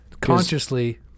Consciously